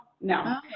no